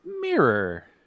Mirror